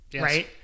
right